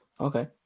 Okay